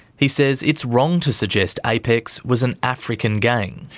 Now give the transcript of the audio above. he says it's wrong to suggest apex was an african gang.